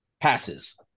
passes